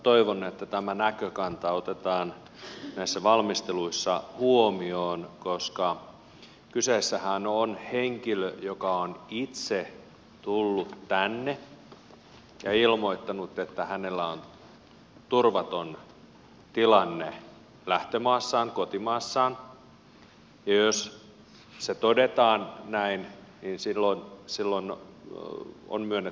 toivon että tämä näkökanta otetaan näissä valmisteluissa huomioon koska kyseessähän on henkilö joka on itse tullut tänne ja ilmoittanut että hänellä on turvaton tilanne lähtömaassaan kotimaassaan ja jos se todetaan näin niin silloin on myönnetty turvapaikka